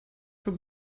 für